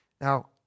Now